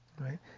right